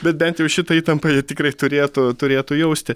bet bent jau šitą įtampą jie tikrai turėtų turėtų jausti